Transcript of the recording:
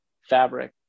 fabric